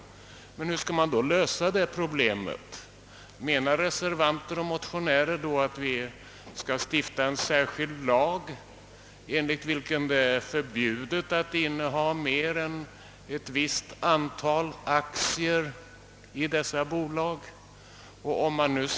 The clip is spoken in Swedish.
Men hur skall detta problem lösas? Menar reservanter och motionärer att man skall stifta en särskild lag, enligt vilken det vore förbjudet att inneha mer än ett visst antal aktier i de aktuella bolagen?